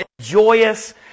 joyous